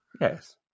Yes